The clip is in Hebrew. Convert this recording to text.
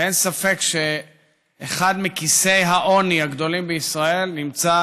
אין ספק שאחד מכיסי העוני הגדולים בישראל נמצא